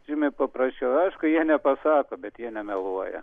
žymiai paprašiau aišku jie nepasako bet jie nemeluoja